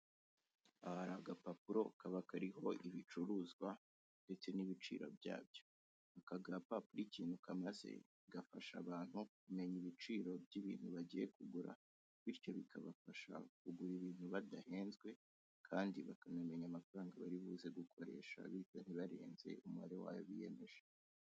Aha hari agapapuro kaba kariho ibicuruzwa ndetse n'ibiciro byabyo, aka gapapuro ikintu kamaze gafasha abantu kumenya ibiciro by'ibintu bagiye kugura bityo bikabafasha kugura ibintu badahenzwe kandi bakanamenya amafaranga bari buze gukoresha bityo ntibarenze umubare w'ayo biyemeje.